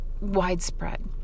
widespread